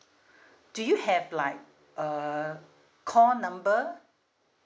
do you have like uh call number